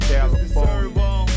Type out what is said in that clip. California